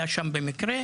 שהיה שם במקרה,